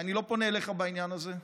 ואני לא פונה אליך בעניין הזה,